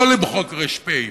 לא למחוק ר"פ.